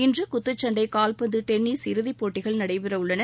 இன்று குத்துச்சண்டை கால்பந்து டென்னிஸ் இறுதிப் போட்டிகள் நடைபெறவுள்ளன